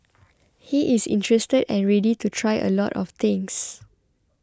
he is interested and ready to try a lot of things